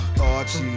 Archie